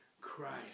Christ